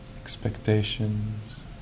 expectations